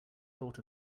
thought